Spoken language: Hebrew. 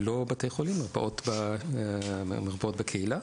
לא בתי חולים, מרפאות בקהילה,